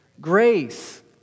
Grace